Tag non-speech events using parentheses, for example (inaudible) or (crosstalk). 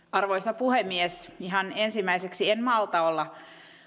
(unintelligible) arvoisa puhemies ihan ensimmäiseksi en malta olla